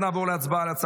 בעד, 21, תשעה מתנגדים.